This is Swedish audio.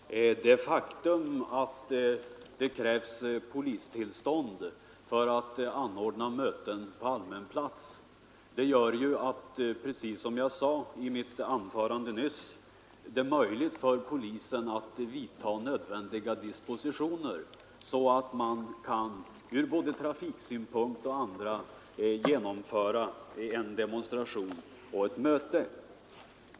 Herr talman! Det faktum att det krävs polistillstånd för att anordna möten på allmän plats gör, som jag sade i mitt anförande nyss, det möjligt för polisen att vidta nödvändiga dispositioner så att man både med hänsyn till trafik och annat kan genomföra en demonstration eller ett möte.